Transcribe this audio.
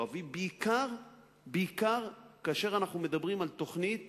בעיקר אם מדברים על תוכנית